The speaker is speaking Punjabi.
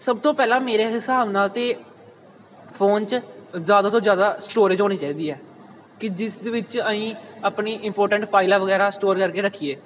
ਸਭ ਤੋਂ ਪਹਿਲਾਂ ਮੇਰੇ ਹਿਸਾਬ ਨਾਲ ਤਾਂ ਫੋਨ 'ਚ ਜ਼ਿਆਦਾ ਤੋਂ ਜ਼ਿਆਦਾ ਸਟੋਰੇਜ ਹੋਣੀ ਚਾਹੀਦੀ ਹੈ ਕਿ ਜਿਸਦੇ ਵਿੱਚ ਅਸੀਂ ਆਪਣੀ ਇੰਪੋਰਟੈਂਟ ਫਾਈਲਾਂ ਵਗੈਰਾ ਸਟੋਰ ਕਰਕੇ ਰੱਖੀਏ